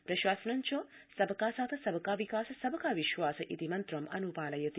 प्रशासनञ्च सबका साथ सबका विकास सबका विश्वास मन्त्रम् अनुपालयति